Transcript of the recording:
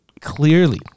clearly